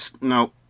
no